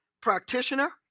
practitioner